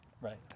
Right